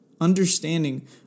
understanding